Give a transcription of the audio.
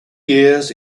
years